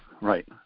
right